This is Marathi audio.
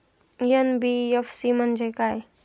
एन.बी.एफ.सी म्हणजे काय?